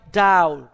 down